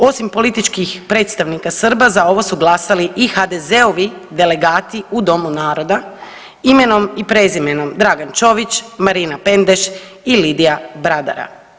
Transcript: Osim političkih predstavnika Srba za ovo su glasali i HDZ-ovi delegati u Domu naroda imenom i prezimenom Dragan Čović, Marina Pendeš i Lidija Bradara.